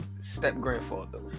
step-grandfather